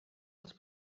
dels